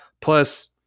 Plus